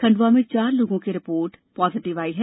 खंडवा में चार लोगों की रिपोर्ट पॉजिटिव आई है